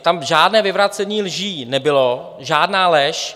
Tam žádné vyvracení lží nebylo, žádná lež.